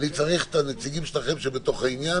אני צריך את הנציגים שלכם שבעניין,